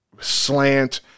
slant